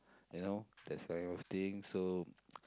you know that kind of thing so